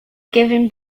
given